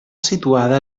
situada